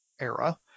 era